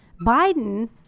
Biden